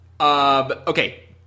Okay